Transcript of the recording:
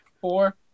Four